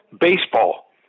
Baseball